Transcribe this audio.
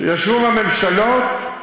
ישבו בממשלות,